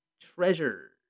treasure